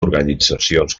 organitzacions